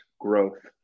growth